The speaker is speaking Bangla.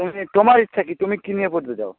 তুমি তোমার ইচ্ছা কী তুমি কী নিয়ে পড়তে চাও